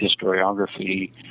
historiography